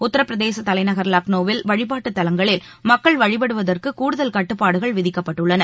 உத்தரப்பிரதேச தலைநகர் லக்ளோவில் வழிபாட்டு தலங்களில் மக்கள் வழிபடுவதற்கு கூடுதல் கட்டுப்பாடுகள் விதிக்கப்பட்டுள்ளன